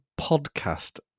podcast